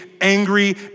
angry